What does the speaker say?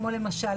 כמו למשל,